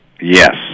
Yes